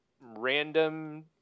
random